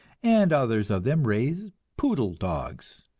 and others of them raise poodle dogs.